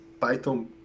Python